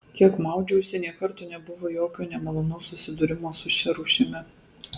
kiek maudžiausi nė karto nebuvo jokio nemalonaus susidūrimo su šia rūšimi